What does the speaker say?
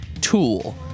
Tool